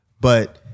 but-